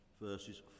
verses